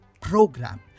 program